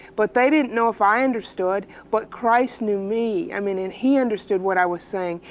but they didn't know if i understood, but christ knew me. i mean, he understood what i was saying.